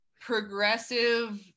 progressive